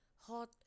hot